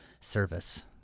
service